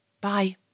Bye